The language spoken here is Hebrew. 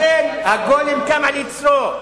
לכן, הגולם קם על יוצרו.